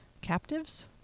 Captives